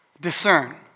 discern